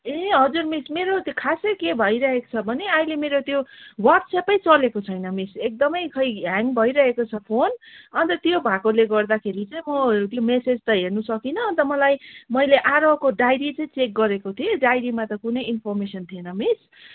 ए हजुर मिस मेरो त्यो खासै के भइरहेको छ भने अहिले मेरो त्यो वाट्सएपै चलेको छैन मिस एकदमै खै ह्याङ भइरहेको छ फोन अन्त त्यो भएकोले गर्दाखेरि चाहिँ म त्यो म्यासेज त हेर्नु सकिनँ अन्त मलाई मैले आरोहको डायरी चाहिँ चेक गरेको थिएँ डायरीमा त कुनै इन्फोर्मेसन थिएन मिस